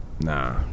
Nah